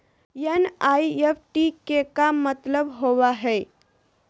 NEFT के का मतलव होव हई?